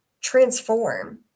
transform